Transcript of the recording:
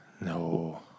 No